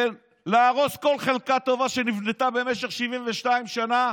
להרוס כל חלקה טובה שנבנתה במשך 72 שנה,